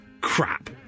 crap